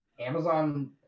Amazon